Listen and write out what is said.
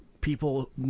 people